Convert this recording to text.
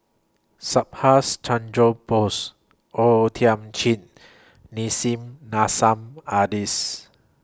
Subhas Chandra Bose O Thiam Chin Nissim Nassim Adis